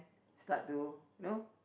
start to you know